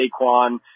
Saquon